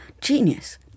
Genius